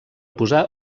posar